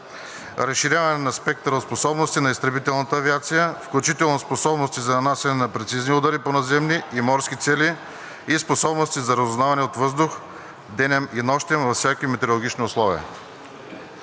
разширяване на спектъра от способности на изтребителната авиация, включително способности за нанасяне на прецизни удари по наземни и морски цели и способности за разузнаване от въздуха денем и нощем във всякакви метеорологични условия;